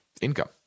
income